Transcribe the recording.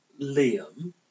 Liam